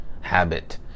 habit